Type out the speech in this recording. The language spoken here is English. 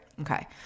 Okay